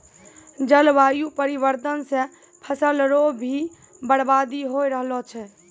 जलवायु परिवर्तन से फसल रो भी बर्बादी हो रहलो छै